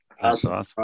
awesome